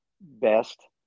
best